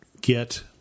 get